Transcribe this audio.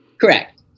correct